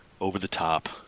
over-the-top